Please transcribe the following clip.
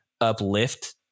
uplift